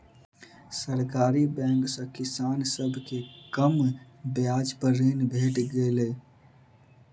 सरकारी बैंक सॅ किसान सभ के कम ब्याज पर ऋण भेट गेलै